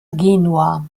genua